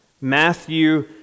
matthew